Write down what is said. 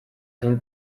zein